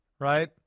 right